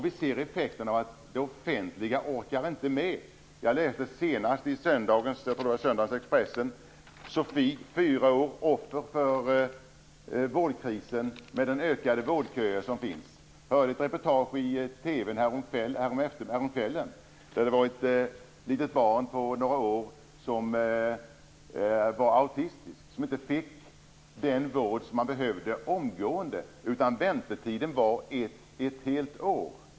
Vi ser effekterna av att det offentliga inte orkar med. Jag läste senast i söndags om Sofie, fyra år, offer för vårdkrisen med de ökade vårdköer som finns. Jag hörde ett reportage i TV häromkvällen om ett litet barn på några år som var autistiskt. Han fick inte den vård som han behövde omgående. Väntetiden var ett helt år.